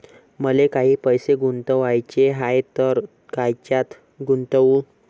मले काही पैसे गुंतवाचे हाय तर कायच्यात गुंतवू?